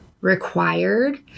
required